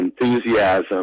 enthusiasm